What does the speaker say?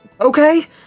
okay